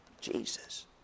Jesus